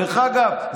דרך אגב,